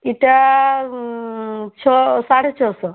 ଏଇଟା ଛଅ ସାଢ଼େ ଛଅଶହ